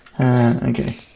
Okay